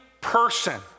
person